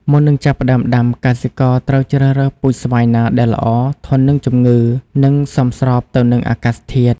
មុននឹងចាប់ផ្ដើមដាំ កសិករត្រូវជ្រើសរើសពូជស្វាយណាដែលល្អ ធន់នឹងជំងឺ និងសមស្របទៅនឹងអាកាសធាតុ។